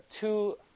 two